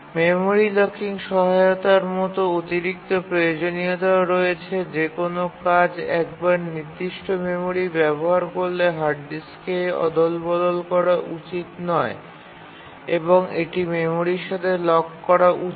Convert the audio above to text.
memory locking সহায়তার মতো অতিরিক্ত প্রয়োজনীয়তাও রয়েছে যে কোনও কাজ একবার নির্দিষ্ট মেমরি ব্যবহার করলে হার্ড ডিস্কে অদলবদল করা উচিত নয় এবং এটি মেমরির সাথে লক করা উচিত